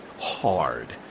hard